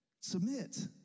submit